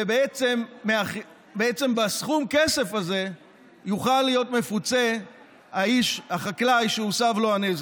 ובעצם בסכום הכסף הזה יוכל להיות מפוצה החקלאי שהוסב לו הנזק.